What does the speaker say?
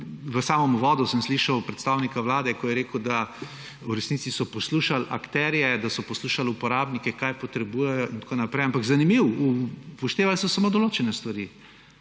V samem uvodu sem slišal predstavnika Vlade, ko je rekel, da v resnici so poslušali akterje, da so poslušali uporabnike, kaj potrebujejo in tako naprej; ampak zanimivo, upoštevali so samo določene stvari,